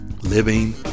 Living